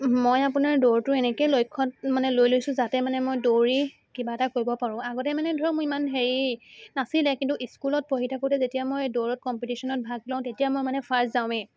মই আপোনাৰ দৌৰটো এনেকেই লক্ষ্যত মানে লৈ লৈছো যাতে মানে মই দৌৰি কিবা এটা কৰিব পাৰোঁ আগতে মানে ধৰক মোৰ ইমান হেৰি নাছিলে কিন্তু স্কুলত পঢ়ি থাকোঁতে যেতিয়া মই দৌৰত কম্পিটিশ্যনত ভাগ লওঁ তেতিয়া মই মানে ফাৰ্ষ্ট যাওঁৱে